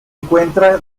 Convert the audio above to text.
encuentra